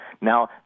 Now